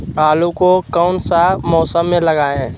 आलू को कौन सा मौसम में लगाए?